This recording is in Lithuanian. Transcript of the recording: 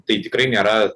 tai tikrai nėra